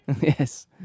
yes